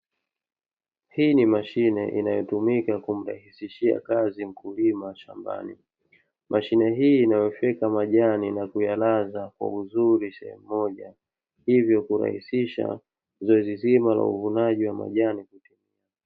Hii ni mashine inayotumika kumrahisishia kazi mkulima shambani. Mashine hii, inayofyeka majani na kuyalaza kwa uzuri sehemu moja, hivyo kurahisisha zoezi zima la uvunaji wa majani.